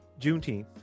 Juneteenth